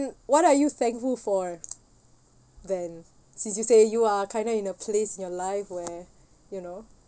what are you thankful for then since you say you are kind of in a place in your life where you know